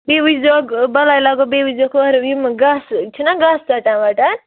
بیٚیہِ وُچھ زیوکھ بَلاے لَگو بیٚیہِ وُچھ زیوکھ اورٕ یِم گاسہٕ چھِنا گاسہٕ ژٹان وٹان